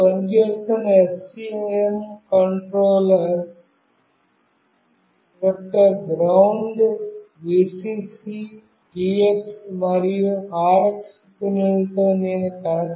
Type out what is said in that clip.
నేను పనిచేస్తున్న STM microcontroller యొక్క GND Vcc TX మరియు RX పిన్లతో నేను కనెక్ట్ అవుతాను